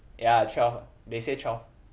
ya twelfth they say twelfth